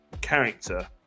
character